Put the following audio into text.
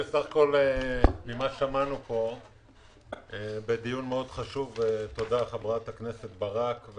ממה ששמענו פה בדיון החשוב הזה ותודה לחברת הכנסת ברק,